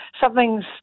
something's